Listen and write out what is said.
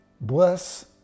bless